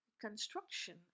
construction